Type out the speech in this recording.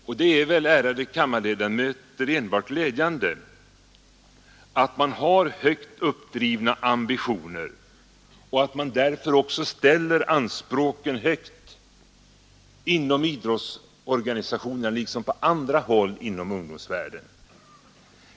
Och det är väl, ärade kammarledamöter, enbart glädjande att man har högt uppdrivna ambitioner och därför också ställer anspråken högt inom idrottsorganisationerna liksom på andra håll inom ungdomsvärlden.